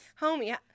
Homie